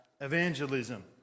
evangelism